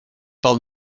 pel